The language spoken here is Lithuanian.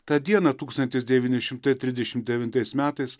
tą dieną tūkstantis devyni šimtai trisdešimt devintais metais